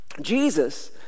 Jesus